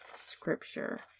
scripture